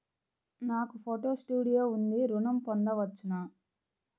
నాకు photo studio ఉంది ఋణం పొంద వచ్చునా?